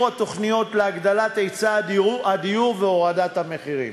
התוכניות להגדלת היצע הדיור והורדת המחירים,